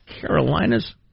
Carolinas